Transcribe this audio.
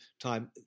time